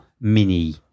mini